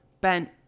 bent